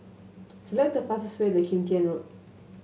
select the fastest way to Kim Tian Road